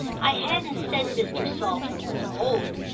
i hadn't said mr. saltram was old,